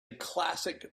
classic